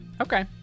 okay